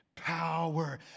Power